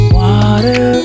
water